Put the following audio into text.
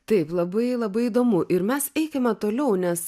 taip labai labai įdomu ir mes eikime toliau nes